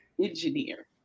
engineer